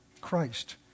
Christ